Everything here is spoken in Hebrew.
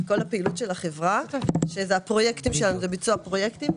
כל הפעילות של החברה שזה ביצוע פרויקטים.